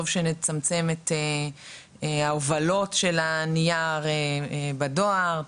טוב שנצמצם את ההובלות של הנייר בדואר,